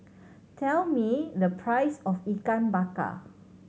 tell me the price of Ikan Bakar